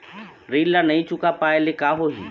ऋण ला नई चुका पाय ले का होही?